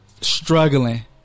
struggling